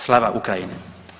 Slava Ukrajini!